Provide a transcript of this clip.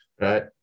Right